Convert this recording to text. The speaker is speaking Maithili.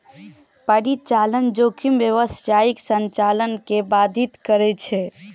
परिचालन जोखिम व्यावसायिक संचालन कें बाधित करै छै